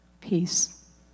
peace